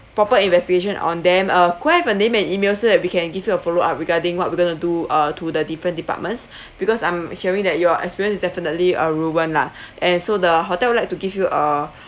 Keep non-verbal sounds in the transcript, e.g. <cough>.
proper investigation on them uh could I have a name and email so that we can give you a follow up regarding what we're gonna do uh to the different departments <breath> because I'm hearing that your experience definitely uh ruined lah <breath> and so the hotel like to give you a